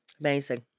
Amazing